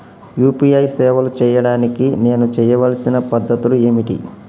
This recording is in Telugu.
యూ.పీ.ఐ సేవలు చేయడానికి నేను చేయవలసిన పద్ధతులు ఏమిటి?